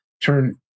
turn